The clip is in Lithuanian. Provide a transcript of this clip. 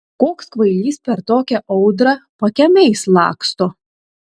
koks kvailys per tokią audrą pakiemiais laksto